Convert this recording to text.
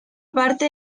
parte